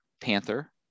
Panther